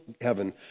heaven